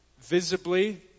visibly